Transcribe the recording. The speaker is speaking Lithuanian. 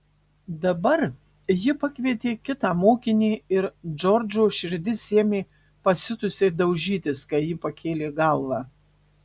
dabar ji pakvietė kitą mokinį ir džordžo širdis ėmė pasiutusiai daužytis kai ji pakėlė galvą